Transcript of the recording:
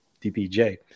DPJ